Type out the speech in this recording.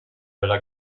della